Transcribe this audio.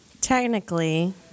Technically